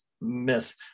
myth